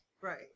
Right